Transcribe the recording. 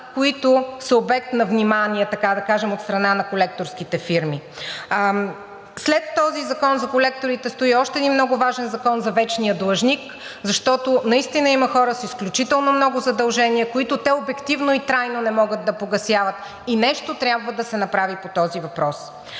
които са обект на внимание, така да кажем, от страна на колекторските фирми. След този закон за колекторите стои още един много важен –Закон за вечния длъжник, защото наистина има хора с изключително много задължения, които те обективно и трайно не могат да погасяват, и нещо трябва да се направи по този въпрос.